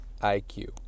IQ